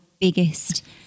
biggest